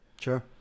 Sure